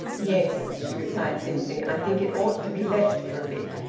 yes, she replied simply. i think it ought to be left for a bit.